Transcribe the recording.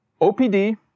OPD